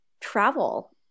travel